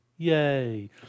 yay